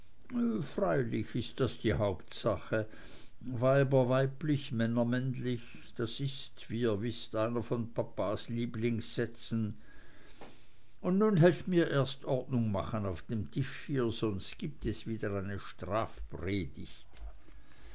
freilich ist das die hauptsache weiber weiblich männer männlich das ist wie ihr wißt einer von papas lieblingssätzen und nun helft mir erst ordnung schaffen auf dem tisch hier sonst gibt es wieder eine